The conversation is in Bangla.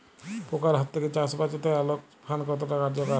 পোকার হাত থেকে চাষ বাচাতে আলোক ফাঁদ কতটা কার্যকর?